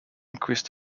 increase